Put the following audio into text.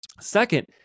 Second